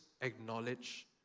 acknowledge